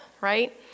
right